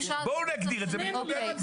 בואו נגדיר את זה ונתמודד עם זה.